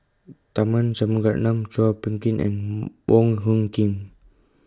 Tharman Shanmugaratnam Chua Phung Kim and Wong Hung Khim